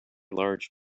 large